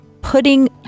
putting